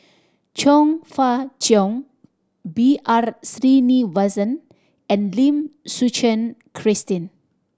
Chong Fah Cheong B R Sreenivasan and Lim Suchen Christine